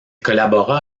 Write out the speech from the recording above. collabora